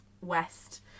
West